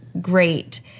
great